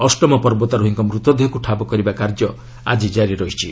ଅଷ୍ଟମ ପର୍ବତାରୋହୀଙ୍କ ମୃତଦେହକୁ ଠାବ କରିବା କାର୍ଯ୍ୟ ଆଜି ଜାରି ରହିଛି